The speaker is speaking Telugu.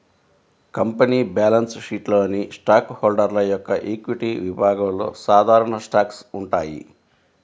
కంపెనీ బ్యాలెన్స్ షీట్లోని స్టాక్ హోల్డర్ యొక్క ఈక్విటీ విభాగంలో సాధారణ స్టాక్స్ ఉంటాయి